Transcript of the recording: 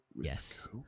Yes